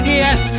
yes